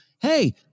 hey